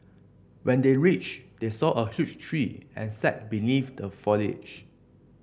when they reached they saw a huge tree and sat beneath the foliage